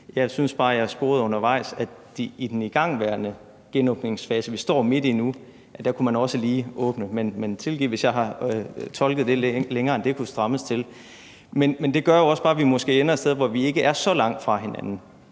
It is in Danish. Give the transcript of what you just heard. Jeg synes bare, at jeg undervejs sporede, at man i den igangværende genåbningfase, som vi står midt i nu, også lige kunne åbne det og det – men tilgiv, hvis jeg har tolket det længere, end det kunne strammes til. Men det gør jo også bare, at vi måske ender et sted, hvor vi ikke er så langt fra hinanden: